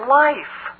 life